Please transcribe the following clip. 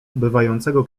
ubywającego